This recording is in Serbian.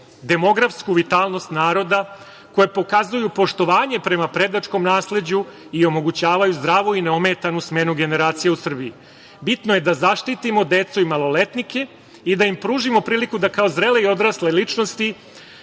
demografsku vitalnost naroda koje pokazuju poštovanje prema predačkom nasleđu i omogućavaju zdravu i neometanu smenu generacije u Srbiji. Bitno je da zaštitimo decu i maloletnike i da im pružimo priliku da kao zreli i odrasle ličnosti